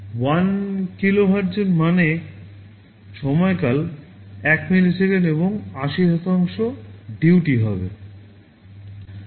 1 KHz মানে সময়কাল 1 millisecond এবং 80 DUTY হবে